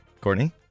Courtney